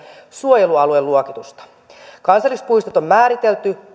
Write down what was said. suojelualueluokitusta kansallispuistot on määritelty